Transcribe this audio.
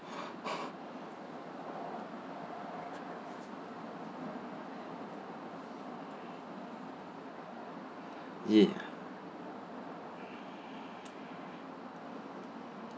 ya